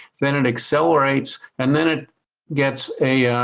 then it accelerates and then it gets a